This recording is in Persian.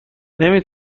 نمی